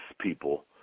people